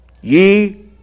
Ye